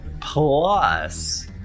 Plus